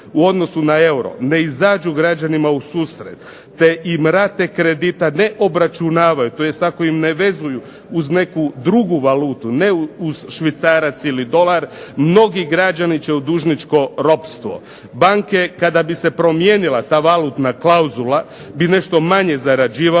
u odnosu na euro, ne izađu građanima u susret, te im rate kredita ne obračunavaju, to jest ako im ne vezuju uz neku drugu valutu, ne uz švicarac ili dolar, mnogi građani će u dužničko ropstvo. Banke, kada bi se promijenila ta valutna klauzula bi nešto manje zarađivale,